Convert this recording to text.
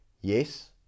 Yes